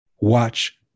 watch